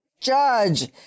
judge